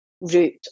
root